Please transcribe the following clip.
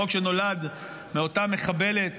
חוק שנולד מאותה מחבלת